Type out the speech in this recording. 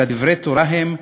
אלא דברי תורה הם,